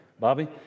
Bobby